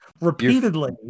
repeatedly